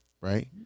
Right